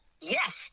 Yes